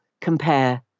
compare